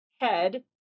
head